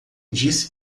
diz